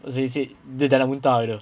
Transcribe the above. also he said dia dah nak muntah tu